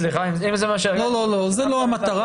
סליחה אם זה מה שהיה -- לא, זאת לא המטרה.